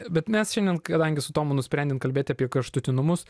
bet mes šiandien kadangi su tomu nusprendėm kalbėti apie kraštutinumus